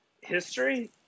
history